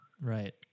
Right